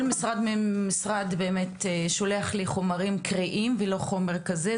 משרד ממשלתי וכל משרד בכלל שולח לי חומרים קריאים ולא חומר כזה,